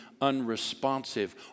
unresponsive